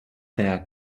their